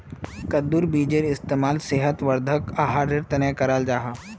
कद्दुर बीजेर इस्तेमाल सेहत वर्धक आहारेर तने कराल जाहा